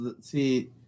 see